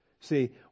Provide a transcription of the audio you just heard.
See